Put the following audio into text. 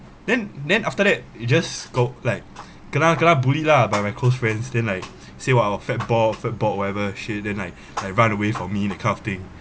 then then after that you just go like kena kena bully lah by my close friends then like say what ah fat ball fat ball whatever shit then and like like run away from me that kind of thing